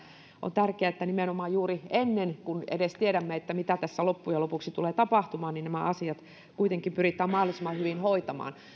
on tärkeää että nimenomaan juuri ennen kuin edes tiedämme mitä tässä loppujen lopuksi tulee tapahtumaan nämä asiat kuitenkin pyritään mahdollisimman hyvin hoitamaan